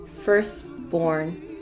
firstborn